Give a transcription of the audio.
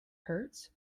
hurts